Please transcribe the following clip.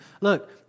look